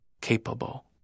capable